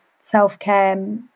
self-care